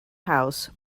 house